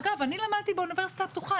אגב, אני למדתי באוניברסיטה הפתוחה.